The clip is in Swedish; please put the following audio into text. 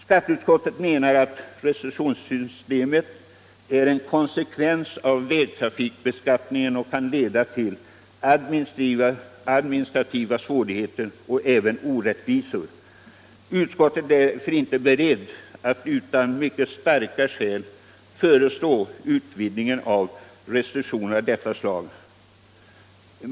Skatteutskottet menar att restitutionssystemet är en konsekvens av vägtrafikbeskattningen och att det kan leda till administrativa svårigheter och även orättvisor. Utskottet är därför inte berett att utan mycket starka skäl föreslå utvidgning av antalet restitutionsberättigade.